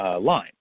line